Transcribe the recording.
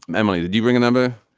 and emily did you bring a number.